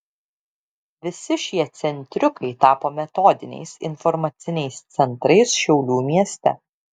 visi šie centriukai tapo metodiniais informaciniais centrais šiaulių mieste